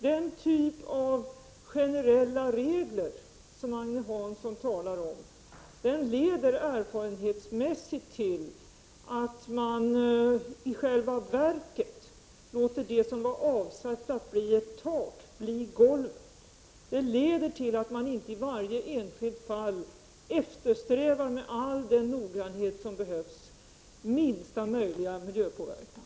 Den typ av generella regler som Agne Hansson talar om leder erfarenhetsmässigt till att man i själva verket låter det som var avsett att bli ett tak bli golvet. Det leder till att man inte i varje enskilt fall med all den noggranhet som behövs eftersträvar minsta möjliga miljöpåverkan.